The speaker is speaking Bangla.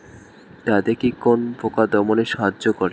দাদেকি কোন পোকা দমনে সাহায্য করে?